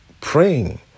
praying